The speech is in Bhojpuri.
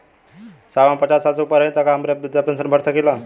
साहब हम पचास साल से ऊपर हई ताका हम बृध पेंसन का फोरम भर सकेला?